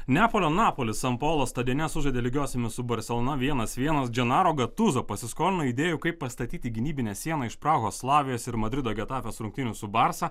neapolio napolis san paulo stadione sužaidė lygiosiomis su barselona vienas vienas dženaro gatuzo pasiskolino idėjų kaip pastatyti gynybinę sieną iš prahoslavijos ir madrido getapės rungtynių su barsa